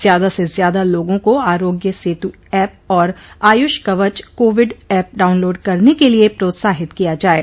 ज्यादा से ज्यादा लोगों को आरोग्य सेतु ऐप और Ayush Kavach Covid app download करने के लिये प्रोत्साहित किया जाये